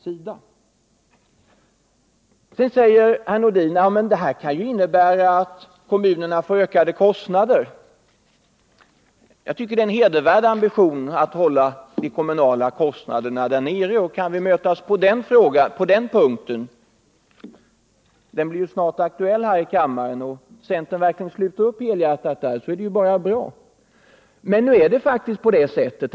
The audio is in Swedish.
Sedan säger herr Nordin: Ja, men det här kan ju innebära att kommunerna får ökade kostnader. Jag tycker det är en hedervärd ambition att hålla de kommunala kostnaderna nere. Den frågan blir ju snart aktuell här i kammaren, och kan vi mötas på den punkten genom att centerpartiet sluter upp helhjärtat där, så är det bara bra.